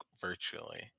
virtually